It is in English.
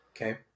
Okay